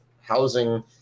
housing